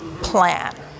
plan